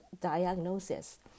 diagnosis